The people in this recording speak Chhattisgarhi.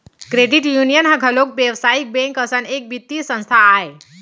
क्रेडिट यूनियन ह घलोक बेवसायिक बेंक असन एक बित्तीय संस्था आय